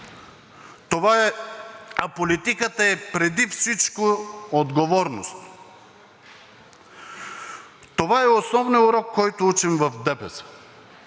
а политиката е преди всичко отговорност. Това е основният урок, който учим в ДПС.